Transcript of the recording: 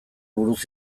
buruz